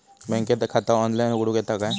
बँकेत खाता ऑनलाइन उघडूक येता काय?